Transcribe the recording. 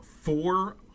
four